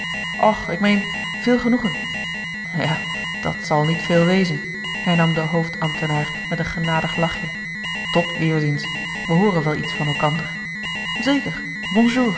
och ik meen veel genoegen ja dat zal niet veel wezen hernam de hoofdambtenaar met een genadig lachje tot weerziens wij hooren wel iets van elkander zeker